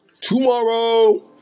Tomorrow